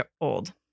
old